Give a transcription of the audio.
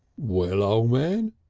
well, o' man?